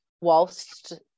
whilst